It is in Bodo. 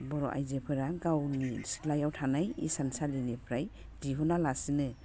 बर' आइजोफोरा गावनि सिथ्लायाव थानाय इसान सालिनिफ्राय दिहुनालासिनो